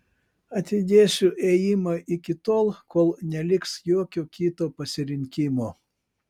atidėsiu ėjimą iki tol kol neliks jokio kito pasirinkimo